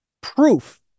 proof